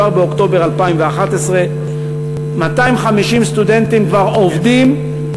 כבר באוקטובר 2011. 250 סטודנטים כבר עובדים,